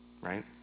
right